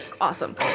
Awesome